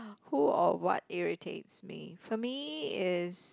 who or what irritates me for me is